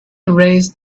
erased